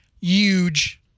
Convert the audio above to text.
huge